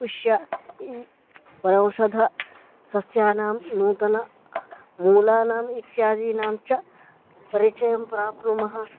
पुष्पम् इ वनौषधसस्यानां नूतनमूलानाम् इत्यादीनां च परिचयं प्राप्नुमः